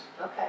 okay